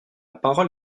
parole